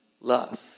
Love